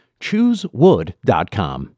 Choosewood.com